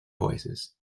voices